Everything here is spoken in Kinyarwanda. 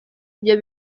ibyo